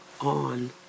on